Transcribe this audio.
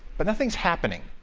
but nothing's happening,